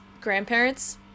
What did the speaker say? grandparents